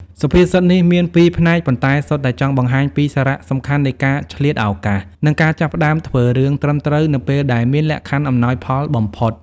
សុភាសិតនេះមានពីរផ្នែក ប៉ុន្តែសុទ្ធតែចង់បង្ហាញពីសារៈសំខាន់នៃការឆ្លៀតឱកាស និងការចាប់ផ្ដើមធ្វើរឿងត្រឹមត្រូវនៅពេលដែលមានលក្ខខណ្ឌអំណោយផលបំផុត ។